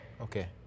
Okay